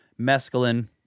mescaline